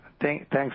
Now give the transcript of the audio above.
Thanks